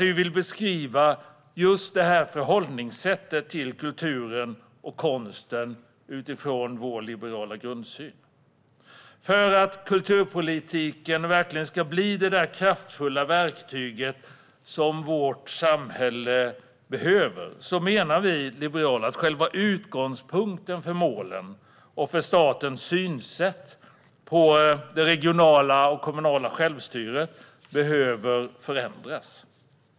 Vi vill beskriva just det förhållningssättet till kulturen och konsten utifrån vår liberala grundsyn. För att kulturpolitiken verkligen ska bli det kraftfulla verktyg som vårt samhälle behöver menar vi liberaler att själva utgångspunkten för målen och för statens synsätt när det gäller det regionala och kommunala självstyret behöver förändras.